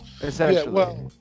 essentially